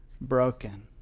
broken